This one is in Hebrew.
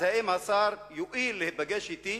אז האם השר יואיל להיפגש אתי?